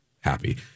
happy